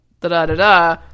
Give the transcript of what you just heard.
da-da-da-da